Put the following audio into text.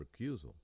recusal